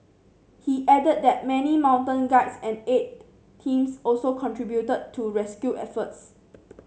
he added that many mountain guides and aid teams also contributed to rescue efforts